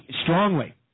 Strongly